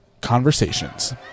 conversations